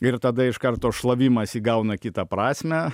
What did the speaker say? ir tada iš karto šlavimas įgauna kitą prasmę